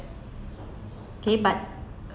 okay but